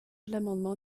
l’amendement